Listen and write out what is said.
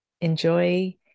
enjoy